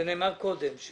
זה נאמר קודם.